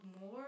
more